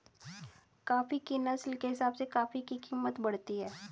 coffee की नस्ल के हिसाब से कॉफी की कीमत बढ़ती है